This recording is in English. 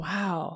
Wow